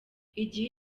igihe